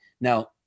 Now